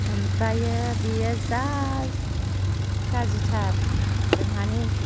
ओमफ्रायो बेयो जा गाज्रिथार जोंहानि